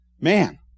Man